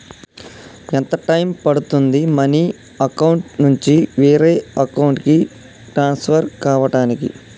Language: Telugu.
ఎంత టైం పడుతుంది మనీ అకౌంట్ నుంచి వేరే అకౌంట్ కి ట్రాన్స్ఫర్ కావటానికి?